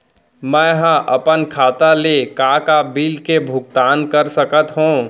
मैं ह अपन खाता ले का का बिल के भुगतान कर सकत हो